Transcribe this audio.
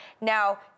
Now